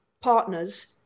partners